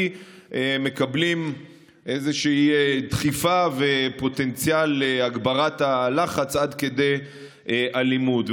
מקבלים איזושהי דחיפה ופוטנציאל להגברת הלחץ עד כדי אלימות.